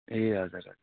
ए हजुर हजुर